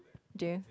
James